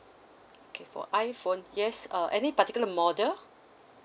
okay for iphone yes uh any particular model